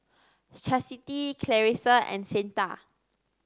Chasity Clarissa and Cyntha